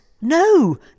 no